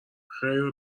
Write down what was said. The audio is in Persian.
خیر